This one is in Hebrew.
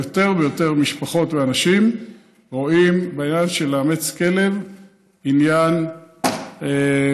ויותר ויותר משפחות ואנשים רואים בעניין הזה של לאמץ כלב עניין רצוי,